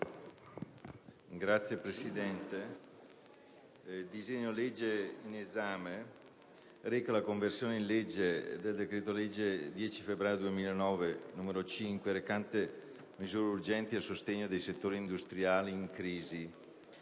Signor Presidente, il disegno di legge in esame reca la conversione in legge del decreto-legge 10 febbraio 2009, n. 5, recante misure urgenti a sostegno dei settori industriali in crisi.